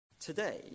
today